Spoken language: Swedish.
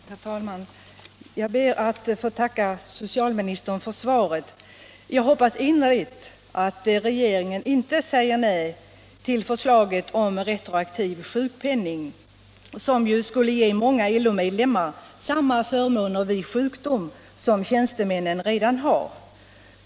Herr talman! Jag ber att få tacka socialministern för svaret. Jag hoppas innerligt att regeringen inte säger nej till förslaget om retroaktiv sjukpenning, som ju skulle ge många LO-medlemmar samma förmåner vid sjukdom m.m. som tjänstemännen redan har.